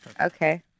okay